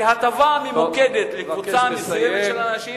זאת הטבה ממוקדת לקבוצה מסוימת של אנשים.